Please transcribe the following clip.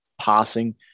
passing